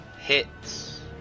hits